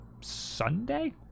sunday